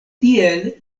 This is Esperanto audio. tiel